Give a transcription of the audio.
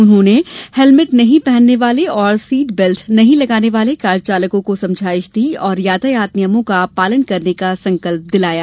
उन्होंने हेलमेट नहीं पहनने वाले और सीट बेल्ट नहीं लगाने वाले कार चालकों को समझाइश दी और यातायात नियमों का पालन करने का संकल्प दिलाया